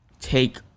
take